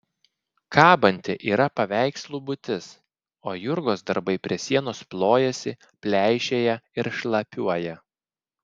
kabanti yra paveikslų būtis o jurgos darbai prie sienos plojasi pleišėja ir šlapiuoja